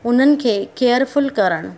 उन्हनि खे केयरफुल करणु